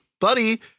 buddy